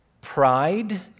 pride